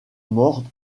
morts